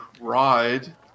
ride